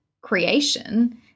creation –